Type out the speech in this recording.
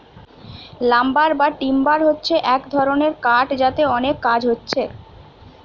lumber বা timber হচ্ছে এক রকমের কাঠ যাতে অনেক কাজ হচ্ছে